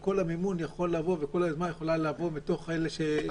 כל המימון יכול לבוא וכל היוזמה יכולה לבוא מתוך אלה שמתקינים.